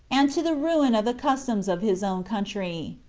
and to the ruin of the customs of his own country.